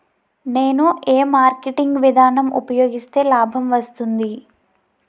నేను ఏ మార్కెటింగ్ విధానం ఉపయోగిస్తే లాభం వస్తుంది?